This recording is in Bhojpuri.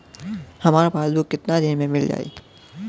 हमार पासबुक कितना दिन में मील जाई?